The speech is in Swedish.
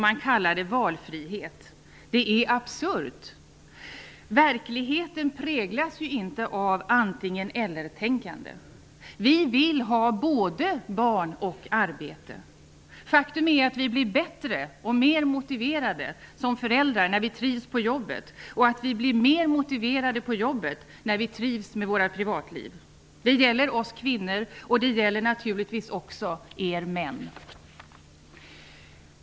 Man kallar det valfrihet; det är absurt. Verkligheten präglas inte av antingen--ellertänkande. Vi vill ha både barn och arbete. Faktum är att vi blir bättre och mer motiverade som föräldrar när vi trivs på jobbet, och vi blir mer motiverade på jobbet när vi trivs med våra privatliv. Det gäller oss kvinnor, och det gäller naturligtvis också er män.